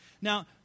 Now